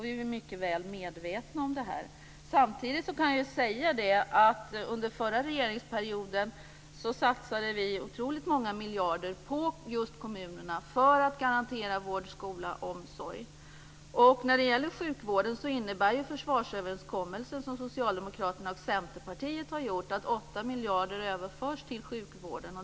Vi är mycket väl medvetna om det här men samtidigt kan jag säga att vi under förra regeringsperioden satsade otroligt många miljarder på just kommunerna för att garantera vård, skola och omsorg. Den försvarsöverenskommelse som Socialdemokraterna och Centerpartiet har gjort innebär att 8 miljarder överförs till sjukvården.